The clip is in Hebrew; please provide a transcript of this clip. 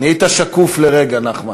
נהיית שקוף לרגע, נחמן.